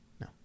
No